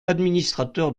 administrateur